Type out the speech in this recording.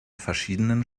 verschiedenen